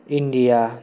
India